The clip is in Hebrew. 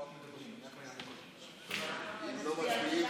אם לא מצביעים,